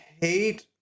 hate